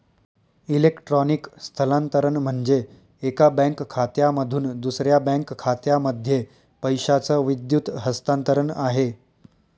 electronic स्थलांतरण म्हणजे, एका बँक खात्यामधून दुसऱ्या बँक खात्यामध्ये पैशाचं विद्युत हस्तांतरण आहे